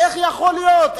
איך יכול להיות?